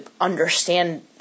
understand